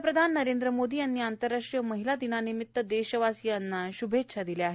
पंतप्रधान नरेद्र मोदी यांनी आंतरराष्ट्रीय महिला दिनानिमित देशवासियांना श्भेच्छा दिल्या आहेत